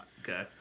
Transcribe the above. okay